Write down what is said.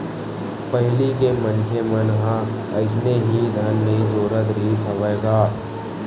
पहिली के मनखे मन ह अइसने ही धन नइ जोरत रिहिस हवय गा